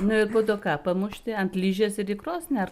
nu ir po to ką pamušti ant ližės ir į krosnį ar